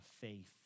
faith